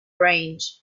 range